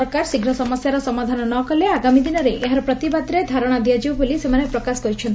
ସରକାର ଶୀଘ୍ର ସମସ୍ୟାର ସମାଧାନ ନ କଲେ ଆଗାମୀଦିନରେ ଏହାର ପ୍ରତିବାଦରେ ଧାରଶା ଦିଆଯିବ ବୋଲି ସେମାନେ ପ୍ରକାଶ କରିଛନ୍ତି